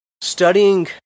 Studying